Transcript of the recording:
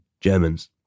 Germans